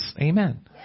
amen